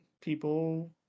people